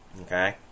Okay